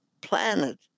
planet